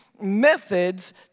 methods